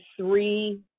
three